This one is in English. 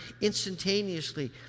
instantaneously